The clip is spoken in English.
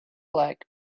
like